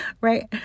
right